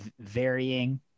varying